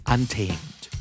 Untamed